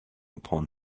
upon